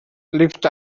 lived